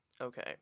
Okay